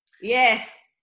yes